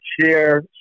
share